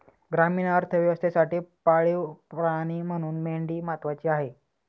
ग्रामीण अर्थव्यवस्थेसाठी पाळीव प्राणी म्हणून मेंढी महत्त्वाची आहे